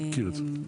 מכיר את זה.